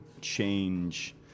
change